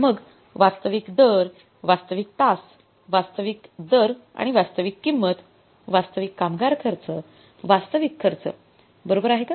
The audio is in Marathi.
मग वास्तविक दर वास्तविक तास वास्तविक दर आणि वास्तविक किंमत वास्तविक कामगार खर्च वास्तविक खर्च बरोबर आहे का